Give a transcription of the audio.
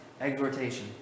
Exhortation